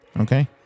Okay